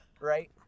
right